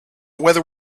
whether